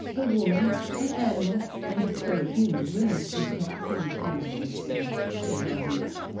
the woman, the animal, and the pre-human women of course, not fully human in this set of ideas.